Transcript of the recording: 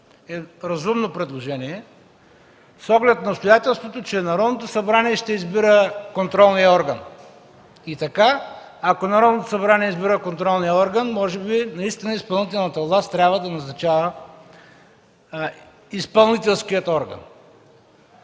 е разумно предложение с оглед обстоятелството, че Народното събрание ще избира контролния орган. И така, ако Народното събрание избира контролния орган, може би наистина изпълнителната власт трябва да назначава изпълнителския орган.